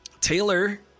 Taylor